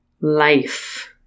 life